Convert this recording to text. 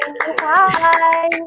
Hi